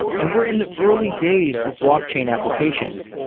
and we're in the early days of blockchain applications.